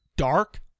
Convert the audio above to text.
Dark